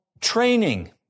training